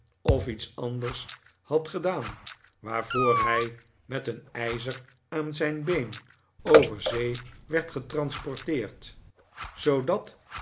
of iets anders hadgedaan waarvoor hij met een ijzer aan zijn been over zee werd getransporteerd zoodat